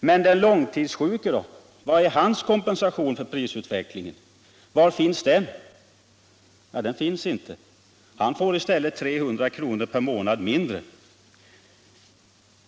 Men den långtidssjuke då? Vad är hans kompensation för prisutvecklingen? Var finns den? Den finns inte! Han får i stället 300 kr. per månad mindre.